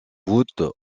voûte